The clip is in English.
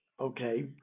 Okay